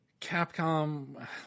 Capcom